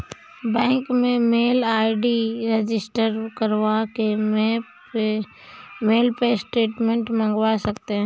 bank में mail ID register करवा के मेल पे स्टेटमेंट मंगवा सकते है